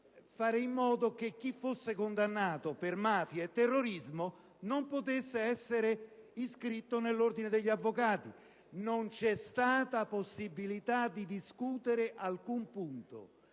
fare in modo che chi fosse condannato per mafia e terrorismo non potesse essere iscritto all'ordine degli avvocati. Non c'è stata possibilità di discutere alcun punto.